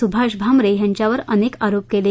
सुभाष भामरे यांच्यावर अनेक आरोप केले